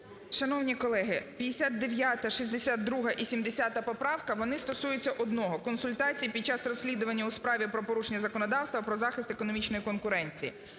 Шановні колеги, 59-а, 62-а і 70-а поправка, вони стосуються одного – консультацій під час розслідування у справі про порушення законодавства про захист економічної конкуренції.